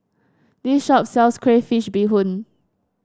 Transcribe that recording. this shop sells Crayfish Beehoon